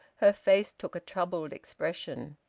her face took a troubled expression.